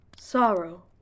Sorrow